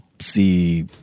see